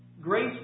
grace